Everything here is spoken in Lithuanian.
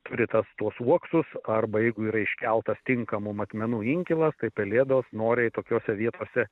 turi tas tuos uoksus arba jeigu yra iškeltas tinkamų matmenų inkilas tai pelėdos noriai tokiose vietose